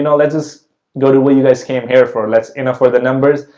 and let's just go to what you guys came here for, let's enter for the numbers.